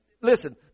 Listen